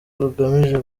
rugamije